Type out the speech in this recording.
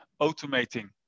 automating